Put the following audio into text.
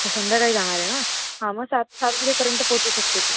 अच्छा संध्याकाळी जाणार आहे ना हां मग सात सात वाजेपर्यंत पोचू शकते तू